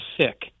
sick